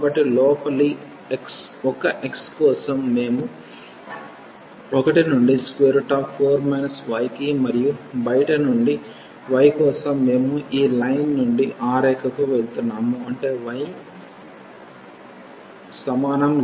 కాబట్టి లోపలి ఒక x కోసం మేము 1 నుండి 4 y కి మరియు బయటి నుండి y కోసం మేము ఈ లైన్ నుండి ఆ రేఖకు వెళ్తున్నాము అంటే y సమానం 0 నుండి y కి 3 సమానం